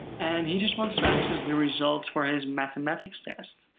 and he just wants to access the results for his mathematics test.